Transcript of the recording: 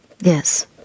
Yes